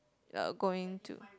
uh going to